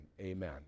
Amen